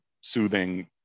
soothing